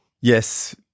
yes